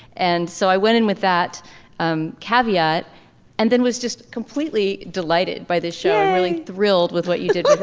and so i went in with that um caveat and then was just completely delighted by this show and really thrilled with what you did with